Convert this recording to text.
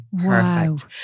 perfect